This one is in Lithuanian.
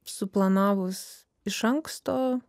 suplanavus iš anksto